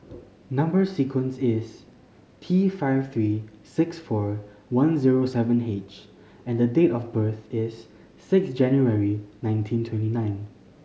number sequence is T five three six four one zero seven H and date of birth is six January nineteen twenty nine